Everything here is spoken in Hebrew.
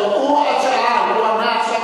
הוא ענה.